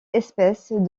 espèces